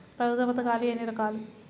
ప్రభుత్వ పథకాలు ఎన్ని రకాలు?